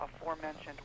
aforementioned